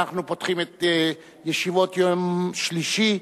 היום יום שלישי,